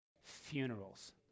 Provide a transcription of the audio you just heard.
Funerals